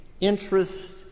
interest